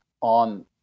on